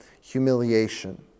humiliation